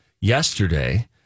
yesterday